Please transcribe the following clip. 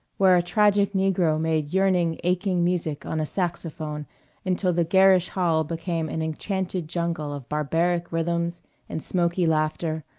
where a tragic negro made yearning, aching music on a saxophone until the garish hall became an enchanted jungle of barbaric rhythms and smoky laughter,